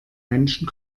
menschen